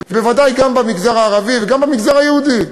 ובוודאי גם במגזר הערבי, וגם במגזר היהודי,